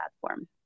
platform